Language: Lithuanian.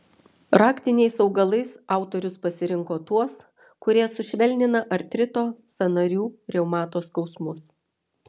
raktiniais augalais autorius pasirinko tuos kurie sušvelnina artrito sąnarių reumato skausmus